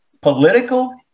political